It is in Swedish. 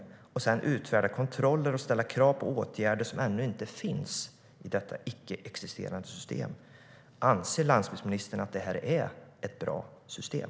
Ska man sedan utföra kontroller och ställa krav på åtgärder som ännu inte finns i detta icke-existerande system? Anser landsbygdsministern att detta är ett bra system?